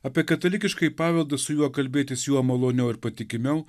apie katalikiškąjį paveldą su juo kalbėtis maloniau ir patikimiau